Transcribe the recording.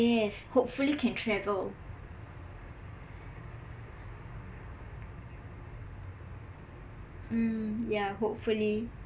yes hopefully can travel mm yah hopefully